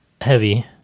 heavy